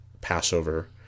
Passover